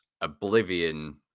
Oblivion